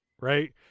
right